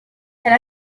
elle